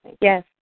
Yes